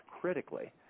critically